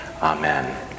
Amen